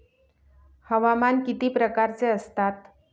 हवामान किती प्रकारचे असतात?